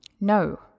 No